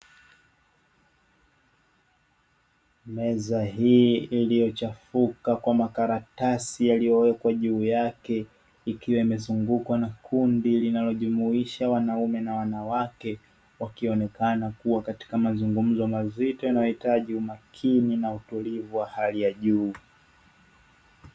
Meza hii iliyochafuka kwa makaratasi yaliyowekwa juu yake, ikiwa imezungukwa na kundi linalojumuisha wanaume na wanawake; wakionekana kuwa katika mazungumzo mazito yanayohitaji umakini na utulivu wa hali ya juu.